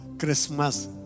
Christmas